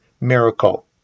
miracle